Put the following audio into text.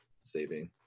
saving